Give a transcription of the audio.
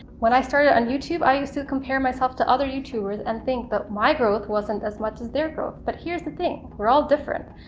when i started on youtube i used to compare myself to other youtubers and think that but my growth wasn't as much as their growth. but here's the thing we're all different.